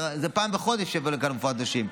זה פעם בחודש שתבוא לכאן רופאת נשים.